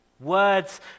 words